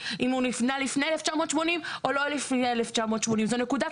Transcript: אם הוא נבנה לפני 1980 או לא לפני 1980. זו נקודת